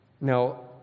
Now